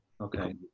Okay